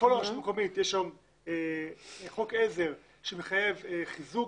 לכל רשות מקומית יש היום חוק עזר שמחייב חיזוק